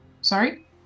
sorry